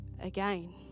again